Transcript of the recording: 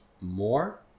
more